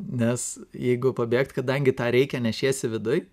nes jeigu pabėgt kadangi tą reikia nešiesi viduj